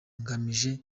ngamije